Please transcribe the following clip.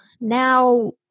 Now